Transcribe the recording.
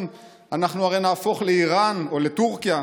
אנחנו הרי נהפוך לאיראן או לטורקיה.